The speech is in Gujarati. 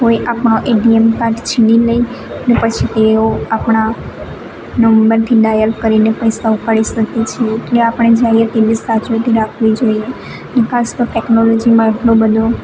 કોઈ આપણો એટીએમ કાર્ડ છીનવી લે ને પછી તેઓ આપણા નંબરથી ડાયલ કરીને પૈસા ઉપાડી શકે છે એટલે આપણે જોઇયે તેટલી સાવચેતી રાખવી જોઈએ ખાસ તો ટેકનોલોજીમાં એટલો બધો